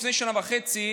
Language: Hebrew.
לפני שנה וחצי,